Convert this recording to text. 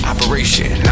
Operation